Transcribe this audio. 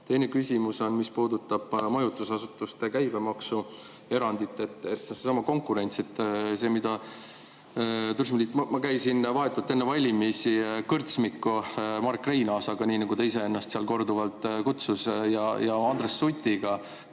Teine küsimus puudutab majutusasutuste käibemaksu erandit, sedasama konkurentsi. Ma käisin vahetult enne valimisi kõrtsmik Marek Reinaasaga, nii nagu ta iseennast seal korduvalt kutsus, ja Andres Sutiga